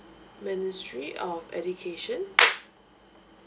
ministry of education